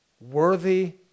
worthy